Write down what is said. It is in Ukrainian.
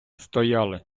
стояли